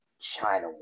China